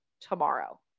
tomorrow